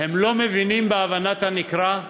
הם לא מבינים, הבנת הנקרא?